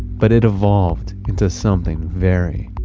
but it evolved into something very,